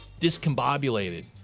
discombobulated